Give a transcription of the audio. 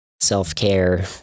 self-care